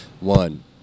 one